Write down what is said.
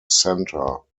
center